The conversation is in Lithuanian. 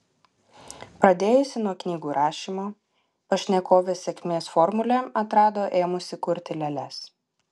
pradėjusi nuo knygų rašymo pašnekovė sėkmės formulę atrado ėmusi kurti lėles